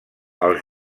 els